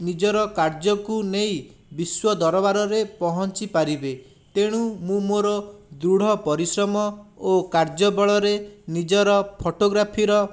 ନିଜର କାର୍ଯ୍ୟକୁ ନେଇ ବିଶ୍ୱ ଦରବାରରେ ପହଁଚି ପାରିବେ ତେଣୁ ମୁଁ ମୋର ଦୃଢ ପରିଶ୍ରମ ଓ କାର୍ଯ୍ୟବଳରେ ନିଜର ଫୋଟୋଗ୍ରାଫି ର